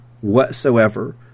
whatsoever